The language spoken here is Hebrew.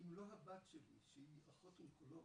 אילולא הבת שלי שהיא אחות אונקולוגית,